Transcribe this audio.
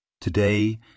Today